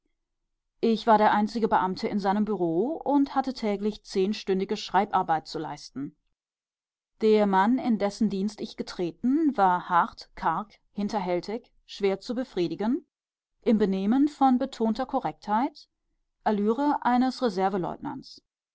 ich war der einzige beamte in seinem bureau und hatte täglich zehnstündige schreibarbeit zu leisten der mann in dessen dienst ich getreten war hart karg hinterhältig schwer zu befriedigen im benehmen von betonter korrektheit allüre des